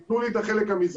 תנו לי את החלק המזרחי.